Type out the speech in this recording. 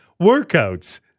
workouts